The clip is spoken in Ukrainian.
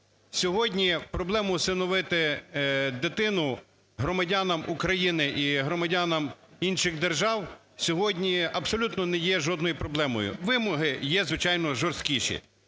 Сьогодні проблему усиновити дитину громадянам України і громадянам інших держав сьогодні абсолютно не є жодною проблемою. Вимоги є, звичайно, жорсткіші.